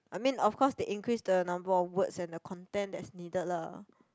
I mean of course they increase the number of words and the content that's needed lah